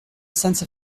sense